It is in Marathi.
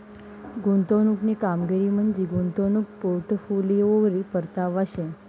गुंतवणूकनी कामगिरी म्हंजी गुंतवणूक पोर्टफोलिओवरी परतावा शे